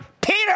Peter